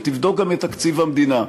ותבדוק גם את תקציב המדינה,